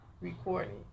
recording